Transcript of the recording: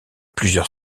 plusieurs